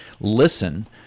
Listen